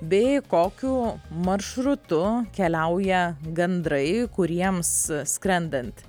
bei kokiu maršrutu keliauja gandrai kuriems skrendant